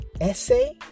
essay